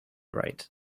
right